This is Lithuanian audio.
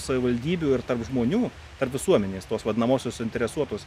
savivaldybių ir tarp žmonių tarp visuomenės tos vadinamosios suinteresuotos